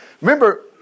Remember